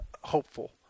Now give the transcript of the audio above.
hopeful